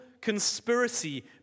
conspiracy